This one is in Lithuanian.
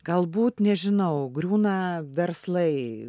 galbūt nežinau griūna verslai